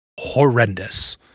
horrendous